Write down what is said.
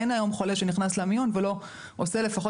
אין היום חולה שנכנס למיון ולא עושה לפחות